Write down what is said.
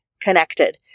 connected